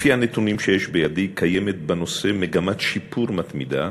לפי הנתונים שיש בידי קיימת בנושא מגמת שיפור מתמידה,